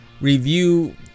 review